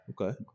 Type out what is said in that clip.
Okay